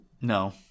No